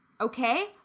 Okay